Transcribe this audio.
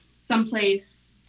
someplace